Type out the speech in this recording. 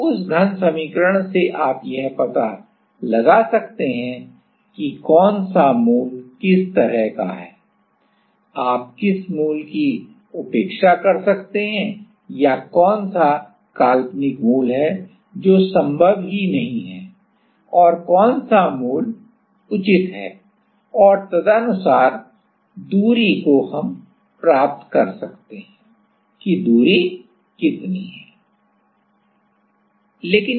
और उस घन समीकरण से आप यह पता लगा सकते हैं कि कौन सा मूल किस तरह का है आप किस मूल की उपेक्षा कर सकते हैं या कौन सा काल्पनिक मूल है जो संभव नहीं है और कौन सा मूल उचित है और तदनुसार दूरी को हम प्राप्त कर सकते हैं कि दूरी कितनी है